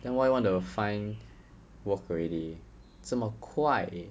then why want to find work already 这么快